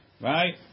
right